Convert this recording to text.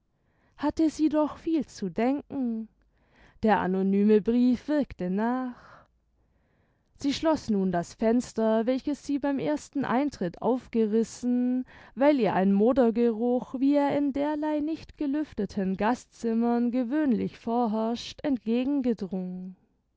hatte sie doch viel zu denken der anonyme brief wirkte nach sie schloß nun das fenster welches sie beim ersten eintritt aufgerissen weil ihr ein modergeruch wie er in derlei nicht gelüfteten gastzimmern gewöhnlich vorherrscht